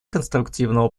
конструктивного